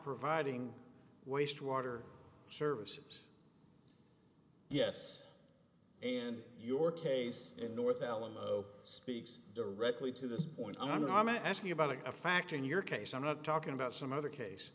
providing wastewater services yes and your case in north alamo speaks directly to this point on i'm asking about a factor in your case i'm not talking about some other case